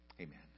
Amen